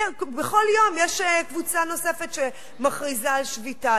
בכל יום יש קבוצה נוספת שמכריזה על שביתה.